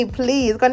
please